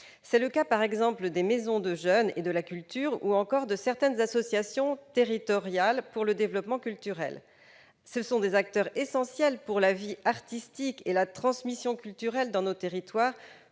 C'est le cas, par exemple, des maisons des jeunes et de la culture ou encore de certaines associations territoriales pour le développement culturel, des acteurs essentiels pour la vie artistique et la transmission culturelle dans nos territoires,